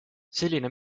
selline